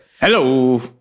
Hello